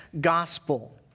gospel